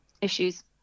issues